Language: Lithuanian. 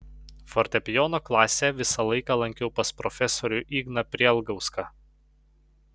fortepijono klasę visą laiką lankiau pas profesorių igną prielgauską